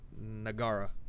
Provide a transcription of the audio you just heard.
Nagara